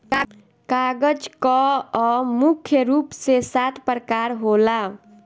कागज कअ मुख्य रूप से सात प्रकार होला